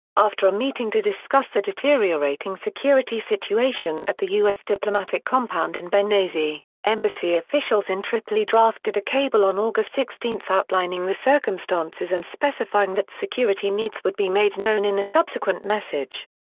after a meeting to discuss the deteriorating security situation at the u s. diplomatic compound in benghazi, embassy officials in tripoli drafted a cable on august sixteen outlining the circumstances and specifying that security needs would be made known in a subsequent message.